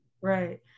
right